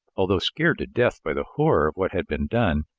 although scared to death by the horror of what had been done,